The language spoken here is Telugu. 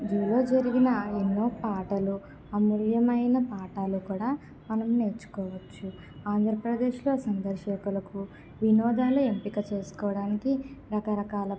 జూలో జరిగిన ఎన్నో పాటలు అముల్యమైన పాఠాలు కూడా మనం నేర్చుకోవచ్చు ఆంద్రప్రదేశ్లో సందర్శకులకు వినోదాలు ఎంపిక చేసుకోవడానికి రకరకాల